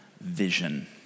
vision